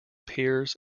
piers